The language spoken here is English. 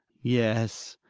yes,